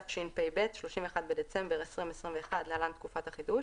התשפ"ב (31 בדצמבר 2021) (להלן, תקופת החידוש),